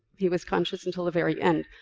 he was conscious until the very end,